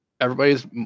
everybody's